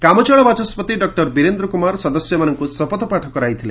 କାମଚଳା ବାଚସ୍କତି ଡକୁର ବୀରେନ୍ଦ୍ର କୁମାର ସଦସ୍ୟମାନଙ୍କୁ ଶପଥପାଠ କରାଇଥିଲେ